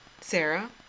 Sarah